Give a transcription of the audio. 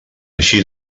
així